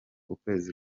ukwezi